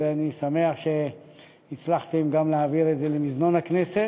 ואני שמח שהצלחתם גם להעביר את זה למזנון הכנסת.